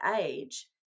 age